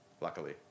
luckily